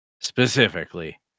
Specifically